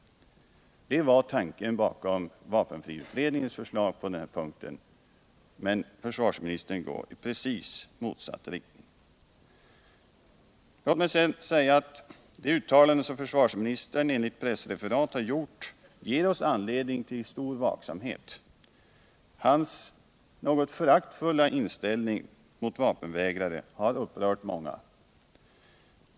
Det var tanken bakom vapenfriutredningens förslag på den här punkten, men försvarsministern går i precis motsatt riktning. Låt mig sedan säga att det uttalande som försvarsministern enligt pressreferat har gjort ger oss anledning till stor vaksamhet. Hans något föraktfulla inställning till vapenvägrare har upprört många.